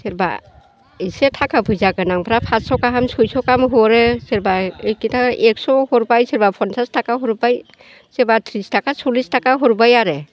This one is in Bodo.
सोरबा एसे थाखा फैसा गोनांफ्रा फास्स' गाहाम सयस' गाहाम हरो सोरबा एकस' हरबाय सोरबा फनसास थाखा हरबाय सोरबा थ्रिस थाखा सललिस थाखा हरबाय आरो